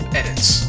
edits